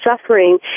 suffering